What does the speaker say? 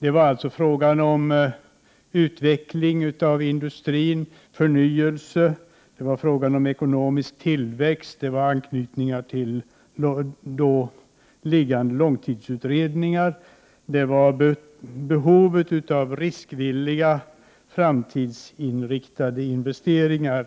De motiv som anfördes var utveckling av industrin, förnyelse, ekonomisk tillväxt, anknytningar till då liggande långtidsutredningar och behovet av riskvilliga framtidsinriktade investeringar.